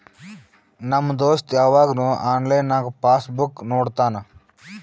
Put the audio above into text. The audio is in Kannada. ನಮ್ ದೋಸ್ತ ಯವಾಗ್ನು ಆನ್ಲೈನ್ನಾಗೆ ಪಾಸ್ ಬುಕ್ ನೋಡ್ತಾನ